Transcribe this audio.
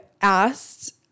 asked –